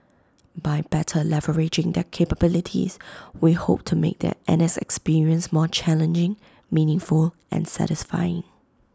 by better leveraging their capabilities we hope to make their N S experience more challenging meaningful and satisfying